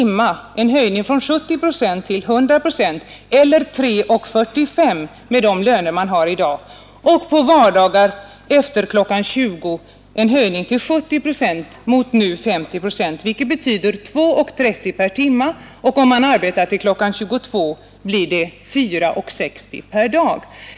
13.00 från 70 procent till 100 procent, eller 3:45 med de löner man har från 1 januari 1972, och en höjning från 50 till 70 procent på vardagar efter kl. 20.00, vilket betyder 2:30 per timme. Om man arbetar till kl. 22.00 blir det 4:60 per dag.